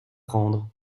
prendre